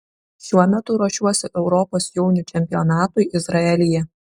šiuo metu ruošiuosi europos jaunių čempionatui izraelyje